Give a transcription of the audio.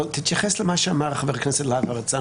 תתייחס למה שאמר חבר הכנסת להב הרצנו